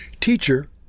Teacher